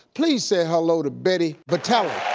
please say hello to betty vitale.